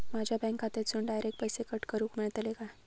माझ्या बँक खात्यासून डायरेक्ट पैसे कट करूक मेलतले काय?